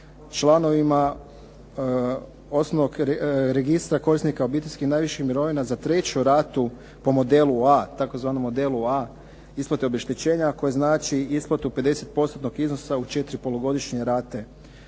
članovima osnovnog registra korisnika obiteljski najviših mirovina za treću ratu po modelu A, tzv. modelu A isplate obeštećenja koje znači isplatu 50 postotnog iznosa u četiri polugodišnje rate.